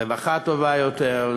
רווחה טובה יותר,